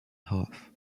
half